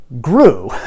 grew